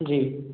जी